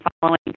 following